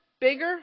bigger